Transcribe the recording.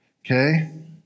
Okay